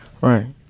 right